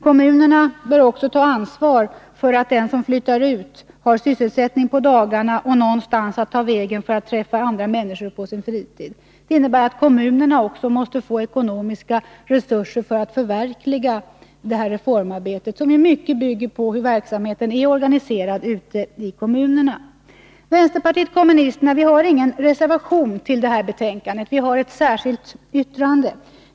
Kommunerna bör också ta ansvar för att den som flyttar har sysselsättning på dagarna och någonstans att ta vägen för att träffa andra människor på sin fritid. Det innebär att kommunerna också måste få ekonomiska resurser för att förverkliga det här reformarbetet, som i mycket stor utsträckning bygger på hur verksamheten är organiserad ute i kommunerna. Vpk har ingen reservation till detta betänkande utan ett särskilt yttrande.